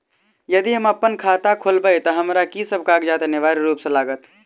यदि हम अप्पन खाता खोलेबै तऽ हमरा की सब कागजात अनिवार्य रूप सँ लागत?